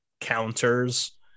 counters